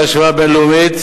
להשוואה בין-לאומית,